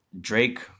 Drake